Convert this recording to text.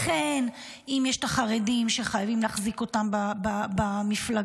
לכן אם יש חרדים שחייבים להחזיק אותם במפלגה,